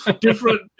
different